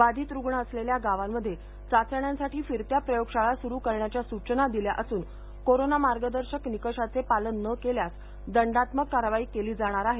बाधित रूग्ण असलेल्या गावांमध्ये चाचण्यांसाठी फिरत्या प्रयोगशाळा सुरू करण्याच्या सूचना दिल्या असून कोरोना मार्गदर्शक निकषाचे पालन न केल्यास दंडात्मक कारवाई केली जाणार आहे